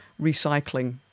recycling